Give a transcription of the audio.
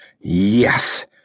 Yes